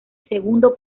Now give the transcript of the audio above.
segundo